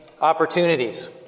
opportunities